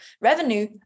revenue